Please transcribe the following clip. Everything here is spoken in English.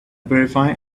verify